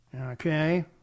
Okay